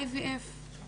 והיא דנה בכל ההיבטים.